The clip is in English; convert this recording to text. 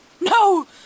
No